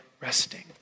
resting